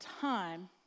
time